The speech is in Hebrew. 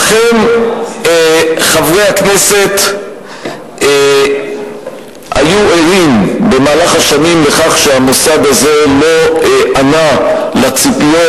אכן חברי הכנסת היו ערים במהלך השנים לכך שהמוסד הזה לא ענה על הציפיות,